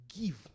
Give